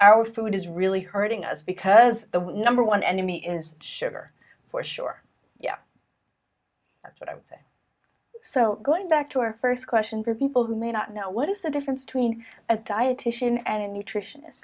our food is really hurting us because the number one enemy is sugar for sure yeah that's what i would say so going back to our first question for people who may not know what is the difference between a dietician and a nutritionist